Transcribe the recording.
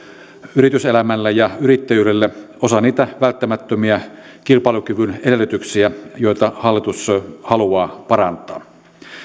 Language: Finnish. yrityselämälle ja yrittäjyydelle osa niitä välttämättömiä kilpailukyvyn edellytyksiä joita hallitus haluaa parantaa